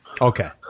Okay